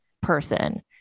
person